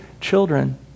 children